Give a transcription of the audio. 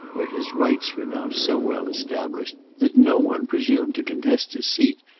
where his rights were now so well established that no one presumed to contest his seat,